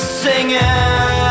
singing